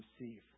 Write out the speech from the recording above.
receive